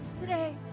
today